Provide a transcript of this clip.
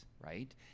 right